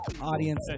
audience